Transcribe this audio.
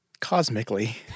Cosmically